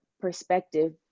perspective